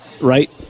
right